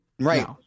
Right